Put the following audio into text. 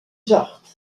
zacht